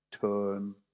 turn